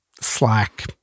Slack